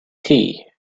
tea